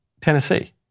Tennessee